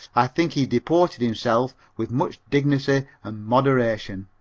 i think he deported himself with much dignity and moderation.